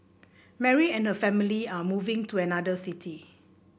Mary and her family were moving to another city